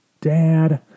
Dad